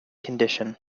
condition